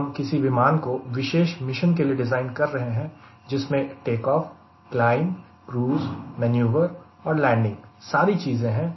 जब हम किसी विमान को किसी विशेष मिशन के लिए डिज़ाइन कर रहे हैं जिसमें take off climb cruise manoeuvre और लैंडिंग सारी चीजें हैं